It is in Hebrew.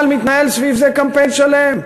אבל מתנהל סביב זה קמפיין שלם,